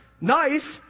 nice